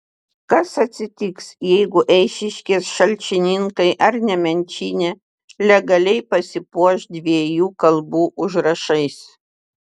kas atsitiks jeigu eišiškės šalčininkai ar nemenčinė legaliai pasipuoš dviejų kalbų užrašais